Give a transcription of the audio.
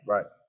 Right